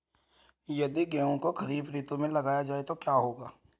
यदि गेहूँ को खरीफ ऋतु में उगाया जाए तो क्या होगा?